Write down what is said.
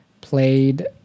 played